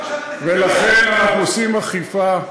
ולכן אנחנו עושים אכיפה.